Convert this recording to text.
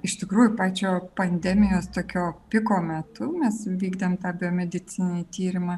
iš tikrųjų pačio pandemijos tokio piko metu mes vykdėm biomedicininį tyrimą